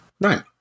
Right